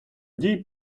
дій